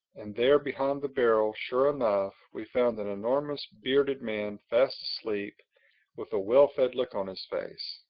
and there, behind the barrel, sure enough, we found an enormous bearded man fast asleep with a well-fed look on his face.